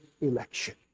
election